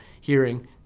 hearing